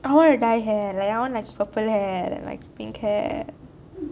I want to dye hair like I want purple hair like pink hair